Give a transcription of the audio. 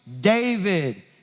David